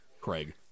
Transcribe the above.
Craig